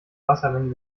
wassermengen